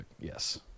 Yes